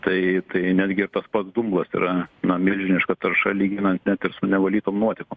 tai tai netgi ir tas pats dumblas tai yra na milžiniška tarša lyginant net ir su nevalytom nuotekom